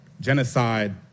genocide